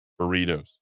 burritos